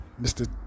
Mr